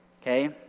Okay